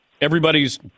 Everybody's